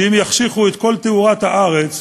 שאם יחשיכו את כל תאורת הארץ,